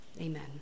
Amen